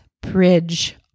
bridge